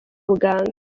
ubuganga